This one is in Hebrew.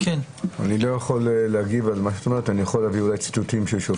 הנוהגת וגם לוותר על אישור הכנסת את ההמרה לעבירות קנס,